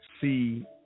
see